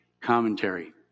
commentary